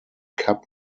cup